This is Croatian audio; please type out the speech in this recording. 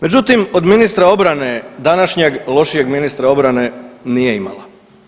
Međutim, od ministra obrane današnjeg lošijeg ministra obrane nije imala.